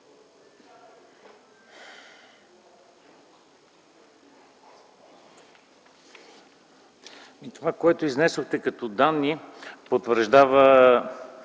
Това, което изнесохте като данни, потвърждава